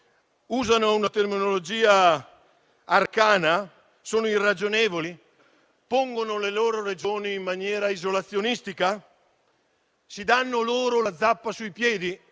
Usano una terminologia arcana? Sono irragionevoli? Pongono le loro Regioni in posizione isolazionistica? Si danno la zappa sui piedi?